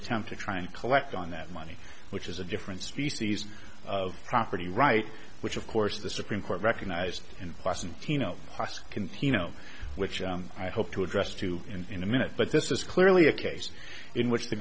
attempt to try and collect on that money which is a different species of property rights which of course the supreme court recognized in question tino hoskin pino which i hope to address too in a minute but this is clearly a case in which the